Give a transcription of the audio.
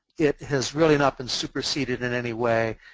it has really not been superseded in any way.